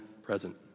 Present